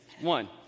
One